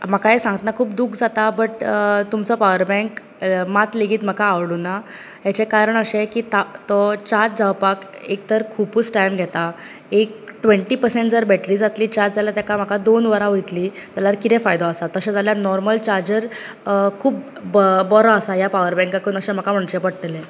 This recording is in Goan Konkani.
म्हाका हे सांगतना खूब दुख्ख जाता बट तुमचो पावर बँक मात लेगीत म्हाका आवडूंक ना हेचे कारण अशे की त तो चार्ज जावपाक एक तर खुबूच टाइम घेता एक टुवेन्टी परसेंट जर बेट्री चार्ज जातली जाल्यार ताका म्हाका दोन वरां वयतली जाल्यार कितें फायदो आसा तशे जाल्यार नोर्मल चार्जर खूब बरो आसा ह्या पावर बँकाकून अशें म्हाका म्हणचे पडटले